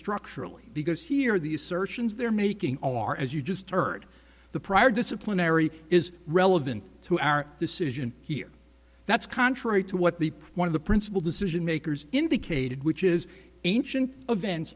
structurally because here the assertions they're making are as you just heard the prior disciplinary is relevant to our decision here that's contrary to what the one of the principal decision makers indicated which is ancient events